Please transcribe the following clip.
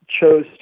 chose